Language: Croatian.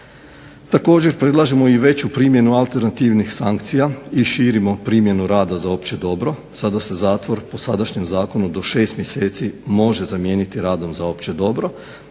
Također predlažemo i veću primjenu alternativnih sankcija i širimo primjenu rada za opće dobro. Sada se zatvor po sadašnjem zakonu do 6 mjeseci može zamijeniti radom za opće dobro